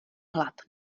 hlad